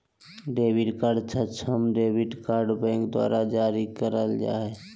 debit card सक्षम debit card bank द्वारा जारी करल जा हइ